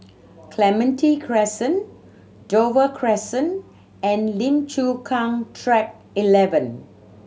Clementi Crescent Dover Crescent and Lim Chu Kang Track Eleven